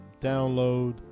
download